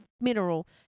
mineral